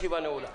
הישיבה נעולה.